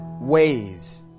Ways